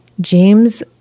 James